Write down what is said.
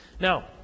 Now